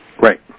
right